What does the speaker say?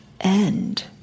end